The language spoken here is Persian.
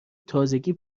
تازگی